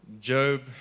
Job